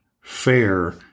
fair